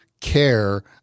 care